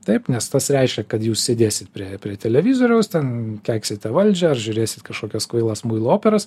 taip nes tas reiškia kad jūs sėdėsit prie prie televizoriaus ten keiksite valdžią ar žiūrėsit kažkokias kvailas muilo operas